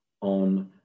on